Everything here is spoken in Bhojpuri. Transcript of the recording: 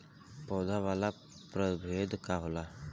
फैले वाला प्रभेद का होला?